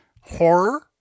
horror